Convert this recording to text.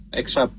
extra